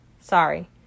Sorry